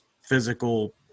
physical –